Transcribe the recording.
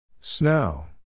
Snow